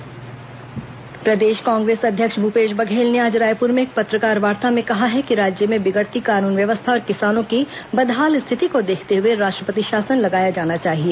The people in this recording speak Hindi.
कांग्रेस पत्रकारवार्ता प्रदेश कांग्रेस अध्यक्ष भूपेश बघेल ने आज रायपुर में एक पत्रकारवार्ता में कहा है कि राज्य में बिगड़ती कानून व्यवस्था और किसानों की बदहाल स्थिति को देखते हए राष्ट्रपति शासन लगाया जाना चाहिए